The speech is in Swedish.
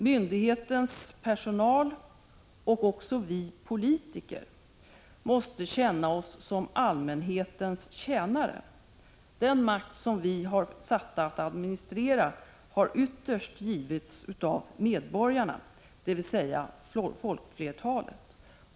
Myndighetens personal och även vi politiker måste känna oss som allmänhetens tjänare. Den makt som vi är satta att administrera har ytterst givits av medborgarna, dvs. av folkflertalet.